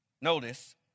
Notice